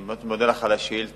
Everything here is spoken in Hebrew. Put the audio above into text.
אני מודה לך על השאילתא.